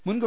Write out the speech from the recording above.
മുൻ ഗവ